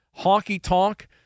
honky-tonk